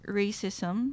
racism